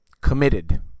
committed